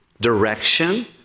direction